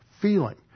feeling